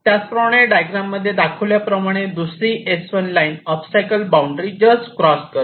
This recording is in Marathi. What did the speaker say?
त्याचप्रमाणे डायग्रॅम मध्ये दाखवल्याप्रमाणे दुसरी S1 line obstacles boundary just cross करते